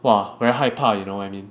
!wah! very 害怕 you know what I mean